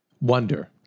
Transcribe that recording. wonder